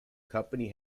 company